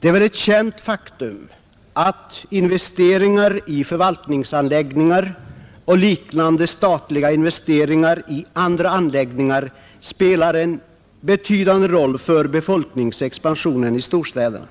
Det är väl ett känt faktum att investeringar i förvaltningsanläggningar och liknande statliga investeringar i andra anläggningar spelat en betydande roll för befolkningsexpansionen i storstäderna.